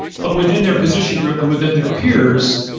but within their position group and within their peers,